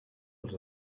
als